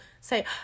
say